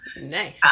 Nice